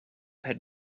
had